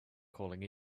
calling